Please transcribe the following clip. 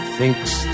Thinks